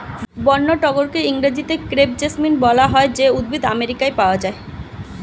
বন্য টগরকে ইংরেজিতে ক্রেপ জেসমিন বলা হয় যে উদ্ভিদ আমেরিকায় পাওয়া যায়